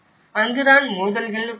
அங்கு தான் மோதல்கள் வருகின்றன